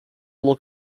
look